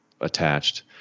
attached